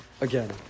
again